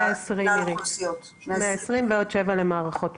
עם המועצה